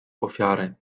ofiary